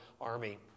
army